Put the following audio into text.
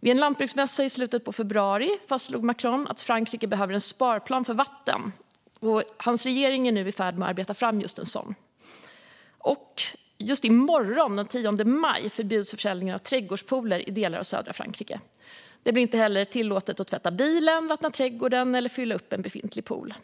Vid en lantbruksmässa i slutet av februari fastslog Macron att Frankrike behöver en sparplan för vatten, och hans regering är nu i färd med att arbeta fram just en sådan. Just i morgon, den 10 maj, förbjuds försäljningen av trädgårdspooler i delar av södra Frankrike. Det blir inte heller tillåtet att tvätta bilen, vattna trädgården eller fylla upp en befintlig pool.